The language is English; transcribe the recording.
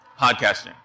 podcasting